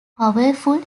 powerful